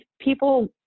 people